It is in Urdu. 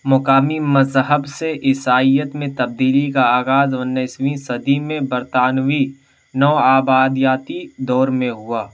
مقامی مذہب سے عیسائیت میں تبدیلی کا آغاز انیسویں صدی میں برطانوی نو آبادیاتی دور میں ہوا